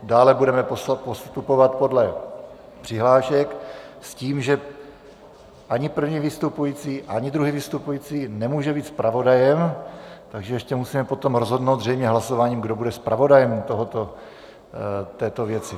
Dále budeme postupovat podle přihlášek s tím, že ani první vystupující, ani druhý vystupující nemůže být zpravodajem, takže ještě musíme potom rozhodnout zřejmě hlasováním, kdo bude zpravodajem této věci.